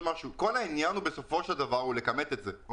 כל העניין הוא לכמת את זה,